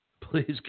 Please